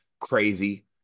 crazy